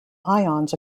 ions